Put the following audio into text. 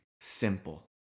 simple